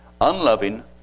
unloving